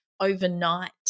overnight